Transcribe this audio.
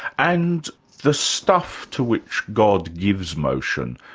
and the stuff to which god gives motion,